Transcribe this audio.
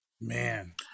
Man